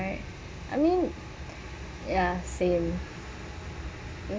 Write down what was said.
I mean ya same